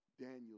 Daniel